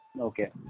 Okay